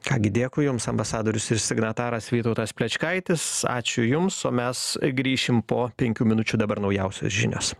ką gi dėkui jums ambasadorius ir signataras vytautas plečkaitis ačiū jums o mes grįšim po penkių minučių dabar naujausios žinios